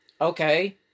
okay